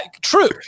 true